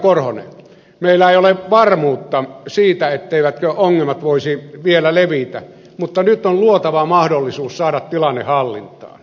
korhonen ei ole varmuutta siitä etteivätkö ongelmat voisi vielä levitä mutta nyt on luotava mahdollisuus saada tilanne hallintaan